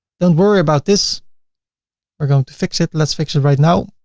don't worry about this we're going to fix it. let's fix it right now.